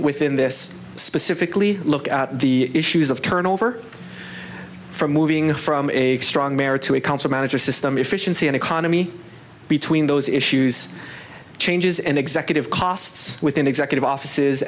within this specifically look at the issues of turnover from moving from a strong marriage to a council manager system efficiency and economy between those issues changes in executive costs within executive offices